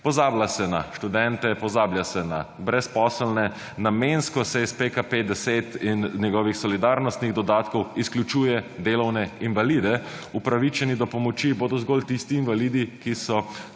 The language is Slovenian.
Pozablja se na študente, pozablja se na brezposelne, namensko se je iz PKP10 in njegovih solidarnostnih dodatkov izključuje delovne invalide. Upravičeni do pomoči bodo zgolj tisti invalidi, ki so